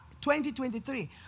2023